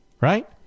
right